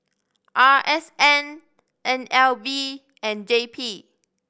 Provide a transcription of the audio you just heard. R S N N L B and J P